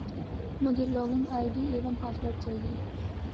मुझें login ID एवं password चाहिए